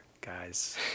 guys